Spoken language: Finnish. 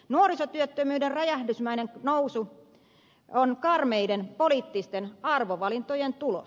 nuorisotyöttömyyden räjähdysmäinen nousu on karmeiden poliittisten arvovalintojen tulos